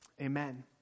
Amen